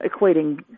equating